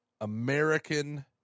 American